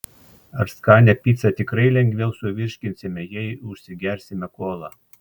ar skanią picą tikrai lengviau suvirškinsime jei užsigersime kola